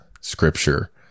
scripture